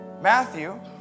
Matthew